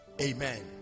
amen